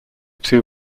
two